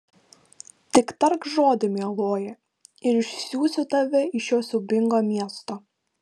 tik tark žodį mieloji ir išsiųsiu tave iš šio siaubingo miesto